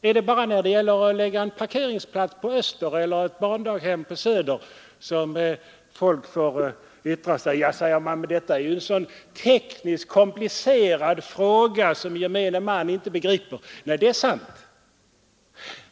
Är det bara när det gäller att lägga en parkeringsplats på Öster eller barndaghem på Söder som folk får yttra sig? Ja, men nu gäller det ju tekniskt komplicerade frågor som gemene man inte begriper, säger man. Ja, det är sant.